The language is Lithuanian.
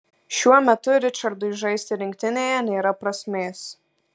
šiuo metu ričardui žaisti rinktinėje nėra prasmės